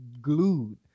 glued